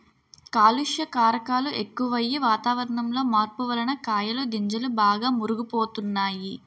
కాలుష్య కారకాలు ఎక్కువయ్యి, వాతావరణంలో మార్పు వలన కాయలు గింజలు బాగా మురుగు పోతున్నాయి